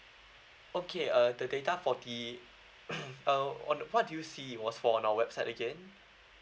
okay uh the data for the mm on what do you see was for on our website again